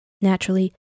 Naturally